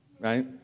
right